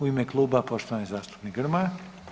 U ime kluba, poštovani zastupnik Grmoja.